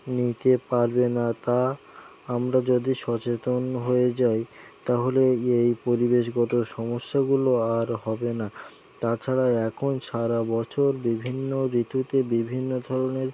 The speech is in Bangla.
নিতে পারবে না তা আমরা যদি সচেতন হয়ে যাই তাহলে এই পরিবেশগত সমস্যাগুলো আর হবে না তাছাড়া এখন সারা বছর বিভিন্ন ঋতুতে বিভিন্ন ধরনের